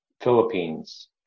Philippines